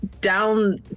down